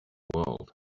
world